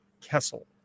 Kessel